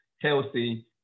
healthy